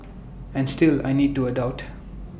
and still I need to adult